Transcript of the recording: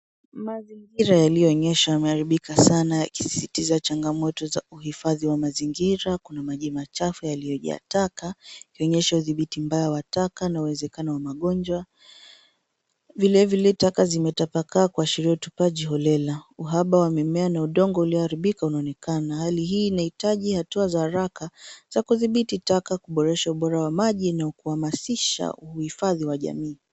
Mazingira yaliyonyesha, yameharibika sana ya kisitiza changamoto za uhifadhi wa mazingira. Kuna maji machafu yaliyojaa taka, kuonyesha udhibiti mbaya wa taka na uwezekano wa magonjwa. Vilevile taka zimetapakaa kuashiria utupaji holela. Uhaba wa mimea na udongo ulioharibika unaonekana. Hali hii inahitaji hatua za haraka za kudhibiti taka, kuboresha ubora wa maji na kuwahamasisha uhifadhi wa jamii.